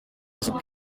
isuku